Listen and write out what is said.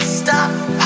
Stop